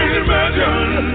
imagine